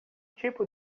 tipo